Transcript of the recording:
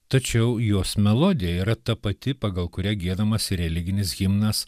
tačiau jos melodija yra ta pati pagal kuria giedamas religinis himnas